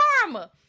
karma